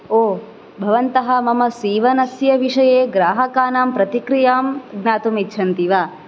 ओ भवन्तः मम सीवनस्य विषये ग्राहकाणां प्रतिक्रियां ज्ञातुम् इच्छन्ति वा